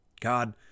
God